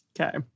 Okay